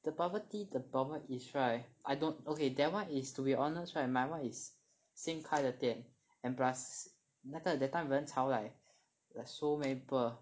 the bubble tea the problem is right I I don't okay that one is to be honest right my one is 新开的店 and plus 那个 that time 人潮 like so many people